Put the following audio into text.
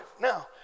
Now